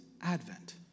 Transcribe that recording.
Advent